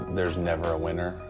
there's never a winner.